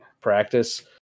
practice